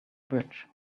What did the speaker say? bridge